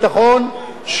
שיהיה חוק אחד,